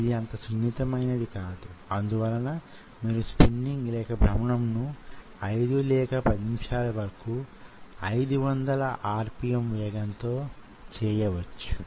ఏదైనా మనం చేయాలనుకున్నప్పుడు దానికి గల కారణాన్ని మనం సమర్ధించుకోగలగాలి కదా